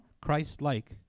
Christ-like